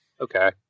Okay